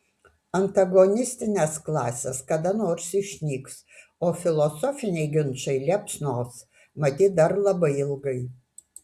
antagonistinės klasės kada nors išnyks o filosofiniai ginčai liepsnos matyt dar labai ilgai